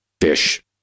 fish